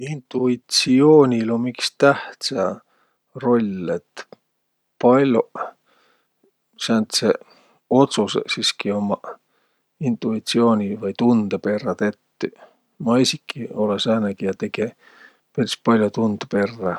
Intuitsioonil um iks tähtsä roll, et pall'oq sääntseq otsusõq siski ommaq intuitsiooni vai tundõ perrä tettüq. Ma esiki olõ sääne, kiä tege peris pall'o tundõ perrä.